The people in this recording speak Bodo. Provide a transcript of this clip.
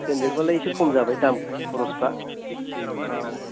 ट्रेनजोंबालाय इसे खम जाबाय दाम खरसफ्रा औ